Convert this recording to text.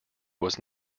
was